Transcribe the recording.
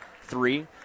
three